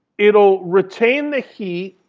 it will retain the heat,